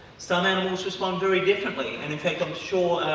some animals respond very differently, and in fact i'm sure,